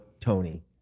Tony